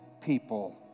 people